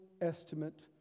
estimate